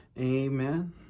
amen